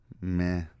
Meh